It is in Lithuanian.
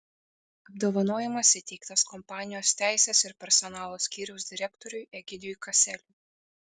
apdovanojimas įteiktas kompanijos teisės ir personalo skyriaus direktoriui egidijui kaseliui